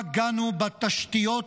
פגענו בתשתיות